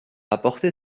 apporter